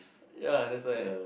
ya that's why